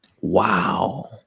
Wow